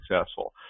successful